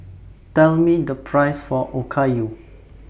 Tell Me The Price For Okayu